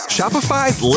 Shopify's